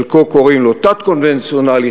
חלק קוראים להם "תת-קונבנציונלי",